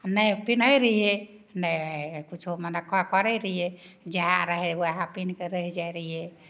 नहि पिन्है रहिए नहि किछु मने क क करै रहिए जएह रहै वएह पिन्हिके रहि जाइ रहिए